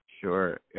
Sure